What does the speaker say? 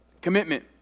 Commitment